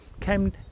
came